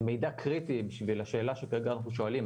מידע קריטי בשביל השאלה שכרגע אנחנו שואלים,